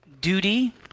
duty